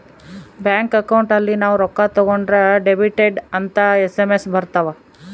bank account ಅಲ್ಲಿ ನಾವ್ ರೊಕ್ಕ ತಕ್ಕೊಂದ್ರ ಡೆಬಿಟೆಡ್ ಅಂತ ಎಸ್.ಎಮ್.ಎಸ್ ಬರತವ